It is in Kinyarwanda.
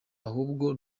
ahubwo